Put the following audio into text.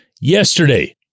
yesterday